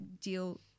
deal